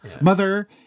Mother